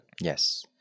Yes